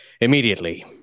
immediately